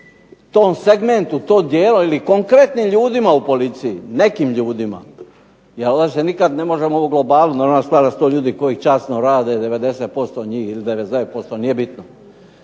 tog segmentu, tom dijelu ili konkretnim ljudima u policiji, nekim ljudima. ... nikad ne možemo u globalu normalno da su to ljudi koji časno rade, 90% njih ili 99,9% nije bitno.